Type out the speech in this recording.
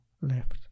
left